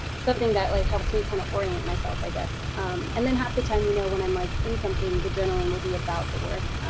something that like helps me kind of orient myself, i guess and then half the time you know when i'm like in something the journaling will be about the work,